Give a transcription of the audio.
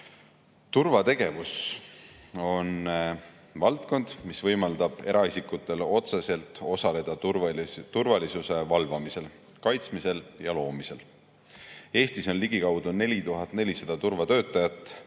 Turvategevus on valdkond, mis võimaldab eraisikutel otseselt osaleda turvalisuse valvamisel, kaitsmisel ja loomisel. Eestis on ligikaudu 4400 turvatöötajat,